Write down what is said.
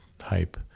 hype